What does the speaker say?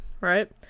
right